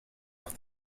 with